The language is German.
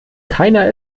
keiner